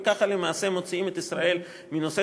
וככה למעשה מוציאים את ישראל מנושא